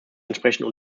entsprechend